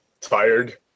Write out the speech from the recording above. tired